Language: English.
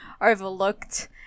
overlooked